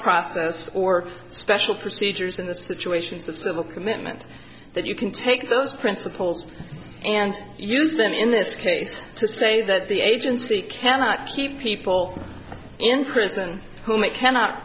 process or special procedures in the situations of civil commitment that you can take those principles and use them in this case to say that the agency cannot keep people in prison who may cannot